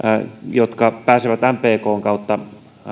jotka pääsevät mpkn kautta